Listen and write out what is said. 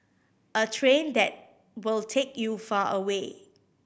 a train that will take you far away